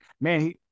man